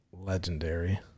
legendary